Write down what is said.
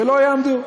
שלא יעמדו.